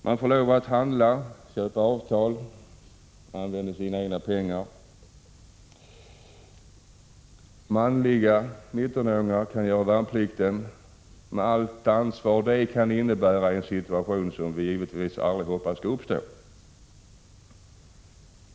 Man får vidare lov att träffa köpeavtal och att använda sina egna pengar. Manliga 19-åringar kan göra värnplikt med allt ansvar det kan innebära i en situation som vi givetvis hoppas aldrig skall uppstå.